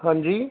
ਹਾਂਜੀ